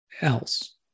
else